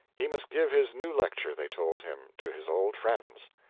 he must give his new lecture, they told him, to his old friends.